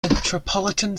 metropolitan